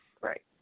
Right